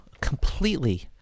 completely